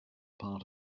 part